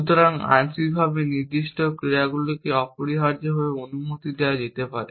সুতরাং আংশিকভাবে নির্দিষ্ট ক্রিয়াগুলিকে অপরিহার্যভাবে অনুমতি দেওয়া যেতে পারে